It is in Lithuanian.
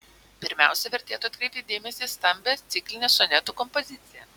pirmiausia vertėtų atkreipti dėmesį į stambią ciklinę sonetų kompoziciją